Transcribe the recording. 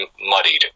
muddied